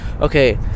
Okay